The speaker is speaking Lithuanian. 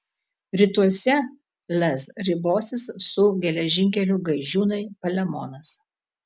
rytuose lez ribosis su geležinkeliu gaižiūnai palemonas